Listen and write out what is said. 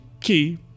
key